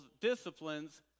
disciplines